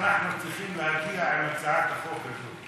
לאן אנחנו צריכים להגיע עם הצעת החוק הזאת.